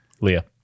Leah